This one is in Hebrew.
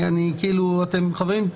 חברים,